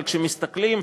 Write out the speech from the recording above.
אבל כשמסתכלים,